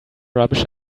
rubbish